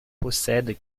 possède